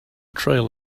trail